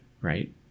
Right